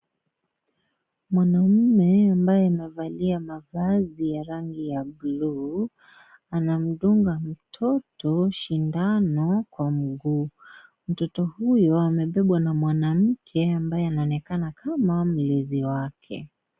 Mwanamume ambaye amevalia mavazi ya rangi ya bluu anamdunga mtoto shindano kwa mguu mtoto huyo amebebwa na mwanamke ambaye anaonekana kama mlezi wake.